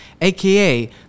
AKA